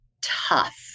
tough